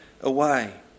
away